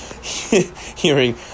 Hearing